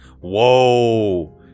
Whoa